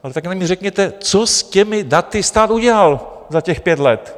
Ale taky mi řekněte, co s těmi daty stát udělal za těch pět let.